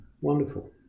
wonderful